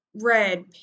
Red